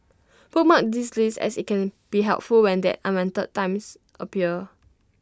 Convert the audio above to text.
bookmark this list as IT can be helpful when that unwanted times appear